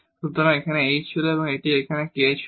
সুতরাং এটি এখানে h ছিল এবং এটি এখানে k ছিল